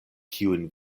kiujn